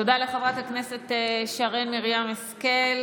תודה לחברת הכנסת שרן מרים השכל.